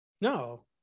No